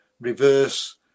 reverse